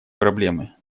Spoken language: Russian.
проблемы